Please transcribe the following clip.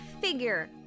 figure